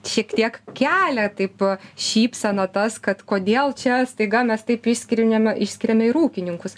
šiek tiek kelia taip šypseną tas kad kodėl čia staiga mes taip išskirniame išskiriame ir ūkininkus